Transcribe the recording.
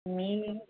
मी